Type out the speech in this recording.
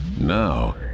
Now